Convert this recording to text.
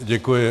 Děkuji.